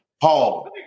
Paul